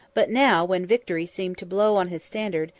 but now, when victory seemed to blow on his standard,